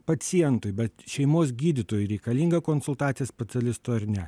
pacientui bet šeimos gydytojui reikalinga konsultacija specialisto ar ne